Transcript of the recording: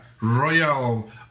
royal